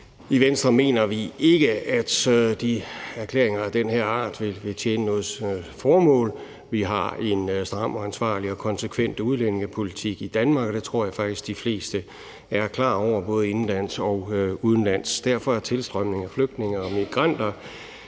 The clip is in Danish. I Venstre mener vi ikke, at erklæringer af den her art vil tjene noget formål. Vi har en stram og ansvarlig og konsekvent udlændingepolitik i Danmark, og det tror jeg faktisk de fleste er klar over – både indenlands og udenlands. Derfor er tilstrømningen af flygtninge og migranter,